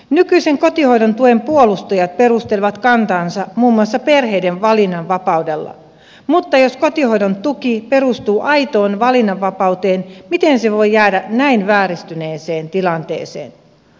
nykyisen kotihoidon tuen puolustajat perustelevat kantaansa muun muassa perheiden valinnanvapaudella mutta jos kotihoidon tuki perustuu aitoon valinnanvapauteen miten se voi jäädä näin vääristyneeseen tilanteeseen